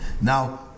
Now